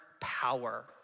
power